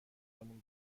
مون